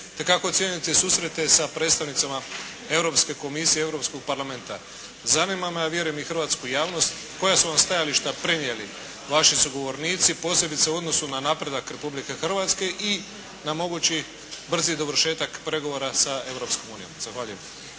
te kako ocjenjujete susrete sa predstavnicima Europske komisije Europskog parlamenta? Zanima me, a vjerujem i hrvatsku javnost, koja su vam stajališta prenijeli vaši sugovornici, posebice u odnosu na napredak, Republike Hrvatske i na mogući brzi dovršetak pregovora sa Europskom